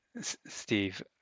Steve